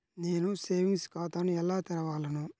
నేను సేవింగ్స్ ఖాతాను ఎలా తెరవగలను?